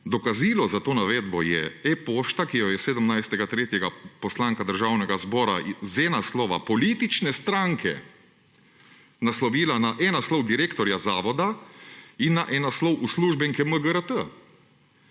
»Dokazilo za to navedbo je e-pošta, ki jo je 17. 3. poslanka Državnega zbora z e-naslova politične stranke naslovila na e-naslov direktorja Zavoda in na e-naslov uslužbenke MGRT,